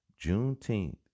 Juneteenth